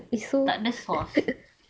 tak ada sauce